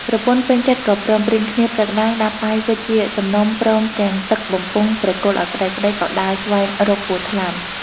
ប្រពន្ធពេញចិត្ដក៏ព្រមព្រៀងគ្នា ព្រឹកឡើងដាំបាយវិចជាសំណុំព្រមទាំងទឹកបំពង់ប្រគល់ឱ្យប្ដី ប្ដីក៏ដើរស្វែងរកពស់ថ្លាន់។